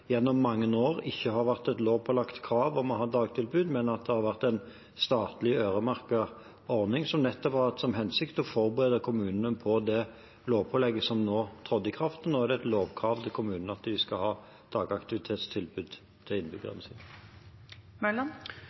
gjennom mange år ikke har vært noe lovpålagt krav om å ha dagtilbud, men en statlig øremerket ordning som har hatt til hensikt å forberede kommunene på det lovpålegget som nå trådte i kraft. Nå er det et lovkrav til kommunene at de skal ha et dagaktivitetstilbud til innbyggerne